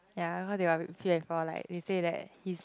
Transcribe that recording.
ya I heard they are they say that he's